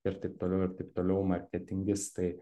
ir taip toliau ir taip toliau marketingistai